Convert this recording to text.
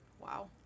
wow